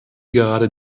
gerade